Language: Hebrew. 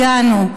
הגענו.